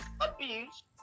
abuse